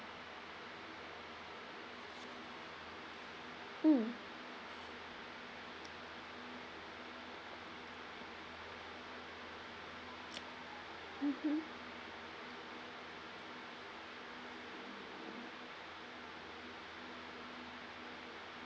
mm mmhmm